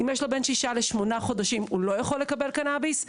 אם יש לו בין שישה לשמונה חודשים הוא לא יכול לקבל קנביס?